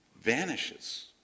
vanishes